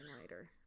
later